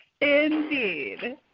Indeed